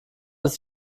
ist